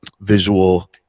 visual